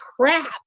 crap